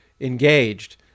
engaged